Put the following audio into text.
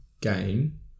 game